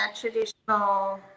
traditional